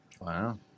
Wow